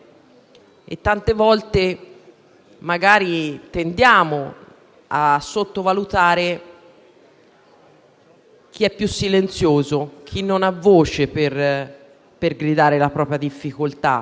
tante volte tendiamo magari a sottovalutare chi è più silenzioso, chi non ha voce per gridare la propria difficoltà,